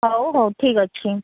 ହଉ ହଉ ଠିକ୍ ଅଛି